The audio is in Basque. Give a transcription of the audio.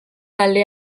ale